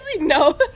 no